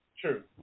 True